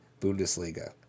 Bundesliga